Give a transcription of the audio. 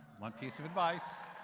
one piece of advice.